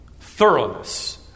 thoroughness